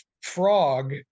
frog